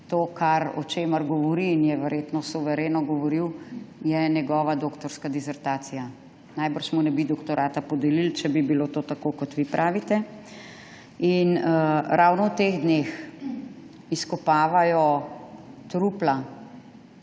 to, o čemer govori, in je verjetno suvereno govoril, je njegova doktorska dizertacija. Najbrž mu ne bi doktorata podelili, če bi bilo to tako, kot vi pravite. Ravno v teh dneh izkopavajo trupla